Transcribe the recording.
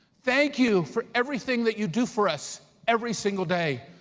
thank you for everything that you do for us every single day.